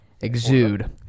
Exude